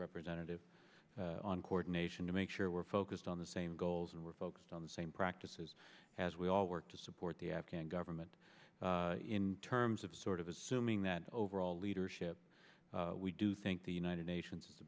representative on coordination to make sure we're focused on the same goals and we're focused on the same practices as we all work to support the afghan government in terms of sort of assuming that overall leadership we do think the united nations is the